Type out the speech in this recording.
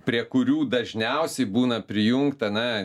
prie kurių dažniausiai būna prijungta na